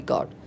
God